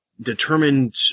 determined